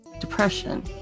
depression